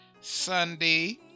Sunday